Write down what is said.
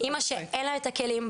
אלא שאין לה את הכלים,